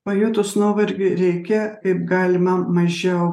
pajutus nuovargį reikia kaip galima mažiau